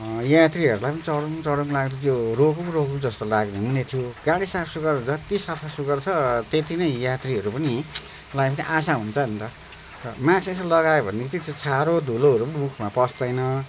यात्रीहरूलाई चढुँ चढुँ लाग्थ्यो त्यो रोकुँ रोकुँ जस्तो लाग्ने हुने थियो गाडी साफसुघर जति सफासुघर गर्छ त्यति नै यात्रीहरू पनि लाई त आशा हुन्छ नि त र माक्स यसो लगायो भने चाहिँ त्यो छारो धुलोहरू मुखमा पस्दैन